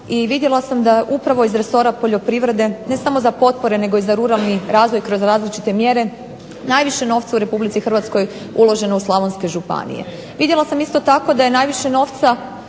vidjela sam da upravo iz resora poljoprivrede, ne samo za potpore, nego i za ruralni razvoj kroz različite mjere najviše novca u Republici Hrvatskoj uloženo u slavonske županije. Vidjela sam isto tako da je najviše novca,